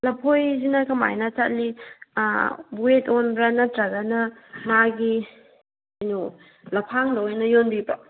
ꯂꯐꯣꯏꯁꯤꯅ ꯀꯃꯥꯏꯅ ꯆꯠꯂꯤ ꯋꯦꯠ ꯑꯣꯟꯕ꯭ꯔꯥ ꯅꯠꯇꯔꯒꯅ ꯃꯥꯒꯤ ꯂꯐꯥꯡꯗ ꯑꯣꯏꯅ ꯌꯣꯟꯕꯤꯕ꯭ꯔꯥ